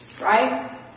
Right